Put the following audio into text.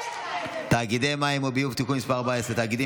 חוק תאגידי מים וביוב (תיקון מס' 14) (תאגידים